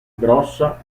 grossa